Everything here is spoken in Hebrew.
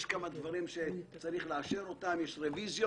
יש כמה דברים שצריך לאשר אותם ויש גם רביזיות.